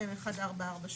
מ/1443.